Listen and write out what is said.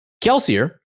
Kelsier